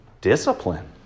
discipline